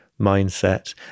mindset